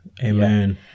Amen